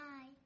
Hi